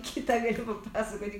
kitą galiu papasakoti